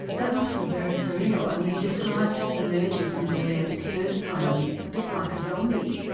that must feel very surreal, i mean you described emerging from there the first time a bit like a zombie,